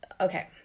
Okay